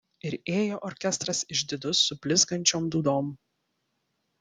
ir ėjo orkestras išdidus su blizgančiom dūdom